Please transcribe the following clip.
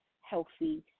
healthy